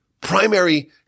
primary